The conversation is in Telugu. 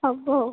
అబ్బో